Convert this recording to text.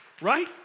right